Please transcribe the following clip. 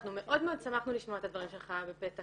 אנחנו מאוד מאוד שמחנו לשמוע את הדברים שלך בפתח